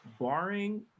barring